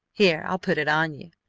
here, i'll put it on you,